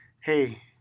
hey